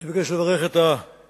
אני מבקש לברך את השיח'ים,